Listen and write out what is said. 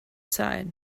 side